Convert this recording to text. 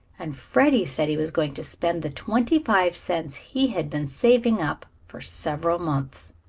and freddie said he was going to spend the twenty-five cents he had been saving up for several months.